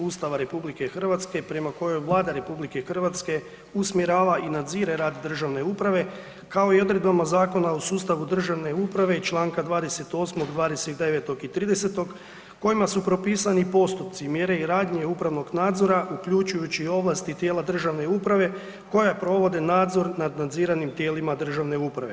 Ustava RH prema kojem Vlada RH usmjerava i nadzire rad državne uprave kao i odredbama Zakona o sustavu državne uprave i čl. 28., 29. i 30. kojima su propisani postupci, mjere i radnje upravnog nadzora uključujući ovlasti tijela državne uprave koja provode nadzor nad nadziranim tijelima državne uprave.